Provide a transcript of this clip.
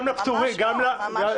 ממש לא.